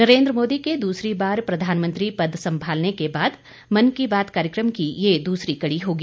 नरेन्द्र मोदी के दूसरी बार प्रधानमंत्री पद संभालने के बाद मन की बात कार्यक्रम की ये दूसरी कड़ी होगी